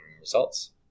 results